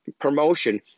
promotion